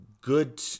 good